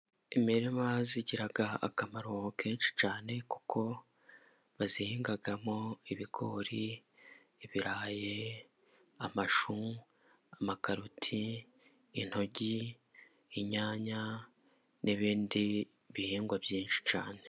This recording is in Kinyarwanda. Imirima igira akamaro kenshi cyane, kuko bayihingamo ibigori, ibirayi, amashu, amakaroti, intoryi, inyanya, n'ibindi bihingwa byinshi cyane.